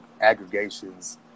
aggregations